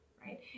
right